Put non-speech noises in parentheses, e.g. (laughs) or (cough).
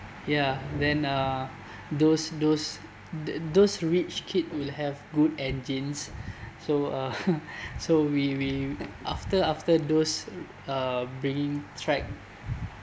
ya then uh those those those rich kid will have good engines so uh (laughs) so we we after after those uh bringing track